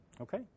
Okay